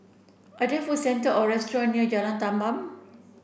are there food centre or restaurants near Jalan Tamban